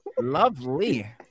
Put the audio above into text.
lovely